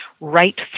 right